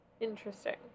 Interesting